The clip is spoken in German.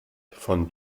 von